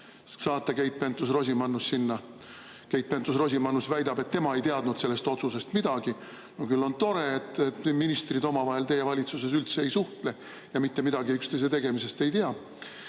sinna Keit Pentus‑Rosimannus. Keit Pentus-Rosimannus väidab, et tema ei teadnud sellest otsusest midagi. Küll on tore, et ministrid teie valitsuses omavahel üldse ei suhtle ja mitte midagi üksteise tegemistest ei tea. Aga